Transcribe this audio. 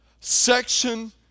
section